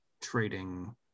trading